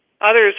Others